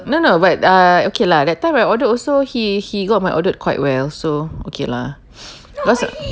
no no but err okay lah that time I order also he he got my order quite well so okay lah be~